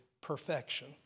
perfection